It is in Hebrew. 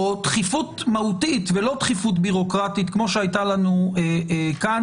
או דחיפות מהותית ולא דחיפות ביורוקרטית כמו שהייתה לנו כאן.